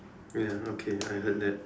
ya okay I heard that